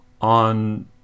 on